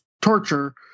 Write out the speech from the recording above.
torture